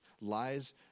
Lies